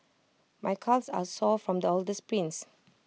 my calves are sore from all the sprints